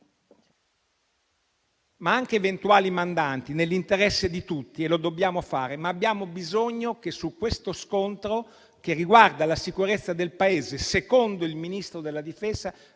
anche gli eventuali mandanti, nell'interesse di tutti, perché lo dobbiamo fare. Abbiamo bisogno però che su questo scontro, che riguarda la sicurezza del Paese, secondo il Ministro della difesa,